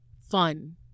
fun